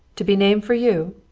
to be named for you?